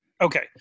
Okay